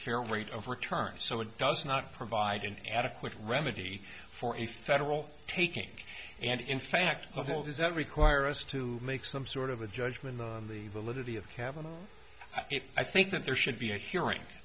fair rate of return so it does not provide an adequate remedy for a federal taking and in fact of those that require us to make some sort of a judgment on the validity of kavanagh if i think that there should be a hearing